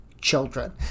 children